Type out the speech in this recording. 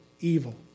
evil